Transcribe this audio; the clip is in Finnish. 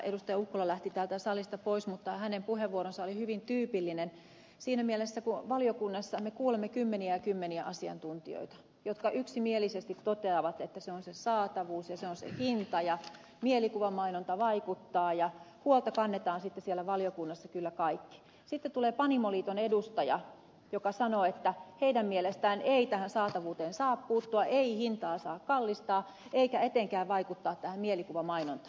ukkola lähti täältä salista pois mutta hänen puheenvuoronsa oli hyvin tyypillinen siinä mielessä että kun me valiokunnassa kuulemme kymmeniä ja kymmeniä asiantuntijoita jotka yksimielisesti toteavat että se on se saatavuus ja se on se hinta ja mielikuvamainonta vaikuttaa ja huolta kannamme sitten siellä valiokunnassa kyllä kaikki niin sitten tulee panimoliiton edustaja joka sanoo että heidän mielestään ei tähän saatavuuteen saa puuttua ei hintaa saa kallistaa eikä etenkään vaikuttaa tähän mielikuvamainontaan